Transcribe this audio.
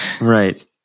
Right